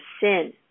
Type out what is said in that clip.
sin